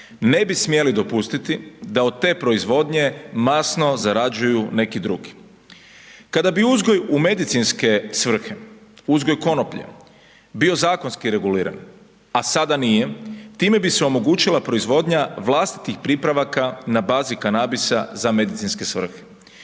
Ne bi smjeli dopustiti da od te proizvodnje masno zarađuju neki drugi. Kada bi uzgoj u medicinske svrhe, uzgoj konoplje, bio zakonski reguliran, a sada nije, time bi se omogućila proizvodnja vlastitih pripravaka na bazi kanabisa za medicinske svrhe